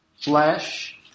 flesh